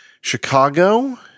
Chicago